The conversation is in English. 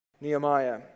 Nehemiah